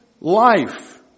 life